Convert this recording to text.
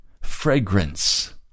fragrance